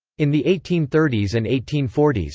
in the eighteen thirty s and eighteen forty s,